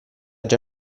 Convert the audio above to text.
già